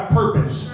purpose